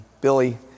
Billy